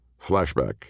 Flashback